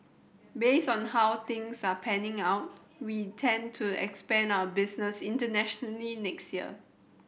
based on how things are panning out we tend to expand our business internationally next year